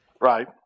Right